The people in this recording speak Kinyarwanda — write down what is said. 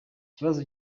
ikibazo